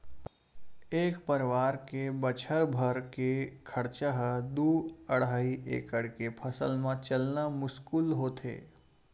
एक परवार के बछर भर के खरचा ह दू अड़हई एकड़ के फसल म चलना मुस्कुल होथे